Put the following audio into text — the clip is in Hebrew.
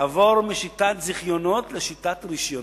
לעבור משיטת זיכיונות לשיטת רשיונות.